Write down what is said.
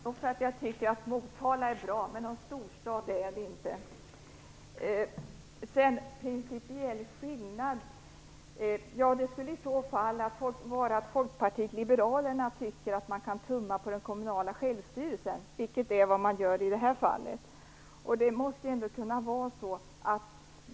Fru talman! Nog för att jag tycker att Motala är bra, men någon storstad är det inte. Detta med principiell skillnad skulle i så fall vara att Folkpartiet liberalerna tycker att man kan tumma på den kommunala självstyrelsen, vilket är vad man gör i det här fallet. Förslaget innebär en valmöjlighet.